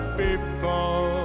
people